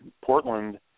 Portland